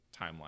timeline